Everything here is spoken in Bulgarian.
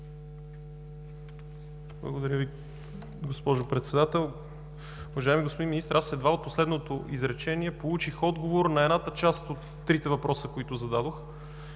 Благодаря Ви, госпожо Председател. Уважаеми господин Министър, аз едва от последното изречение получих отговор на едната част от трите въпроса, които зададох,